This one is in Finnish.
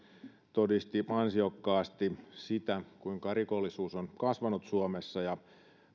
todisti ansiokkaasti sitä kuinka rikollisuus on kasvanut suomessa ja